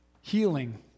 healing